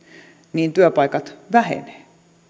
niin työpaikat vähenevät